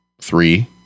three